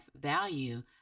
value